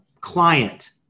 client